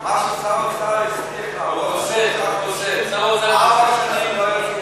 מה ששר האוצר הצליח, ארבע שנים לא יכולים,